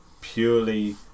purely